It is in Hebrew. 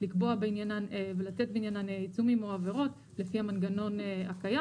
לקבוע בעניינן ולתת בעניינן עיצומים או עבירות לפי המנגנון הקיים.